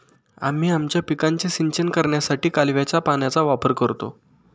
आम्ही आमच्या पिकांचे सिंचन करण्यासाठी कालव्याच्या पाण्याचा वापर करतो